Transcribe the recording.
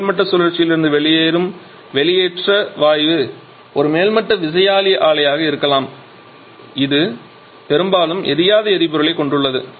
மேல்மட்ட சுழற்சியில் இருந்து வெளியேறும் வெளியேற்ற வாயு ஒரு மேல்மட்ட விசையாளி ஆலையாக இருக்கலாம் இது பெரும்பாலும் எரியாத எரிபொருளைக் கொண்டுள்ளது